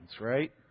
right